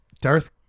Darth